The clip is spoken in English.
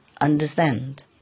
understand